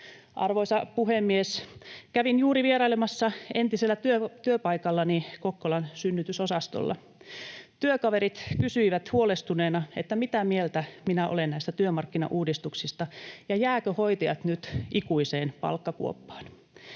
Arvoisa puhemies! Kävin juuri vierailemassa entisellä työpaikallani Kokkolan synnytysosastolla. Työkaverit kysyivät huolestuneena, mitä mieltä minä olen näistä työmarkkinauudistuksista ja jäävätkö hoitajat nyt ikuiseen palkkakuoppaan.